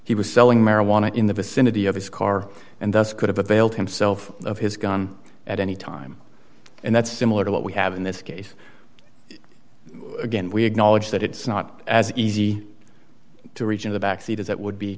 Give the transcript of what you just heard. he was selling marijuana in the vicinity of his car and thus could have availed himself of his gun at any time and that's similar to what we have in this case again we acknowledge that it's not as easy to reach in the back seat as it would be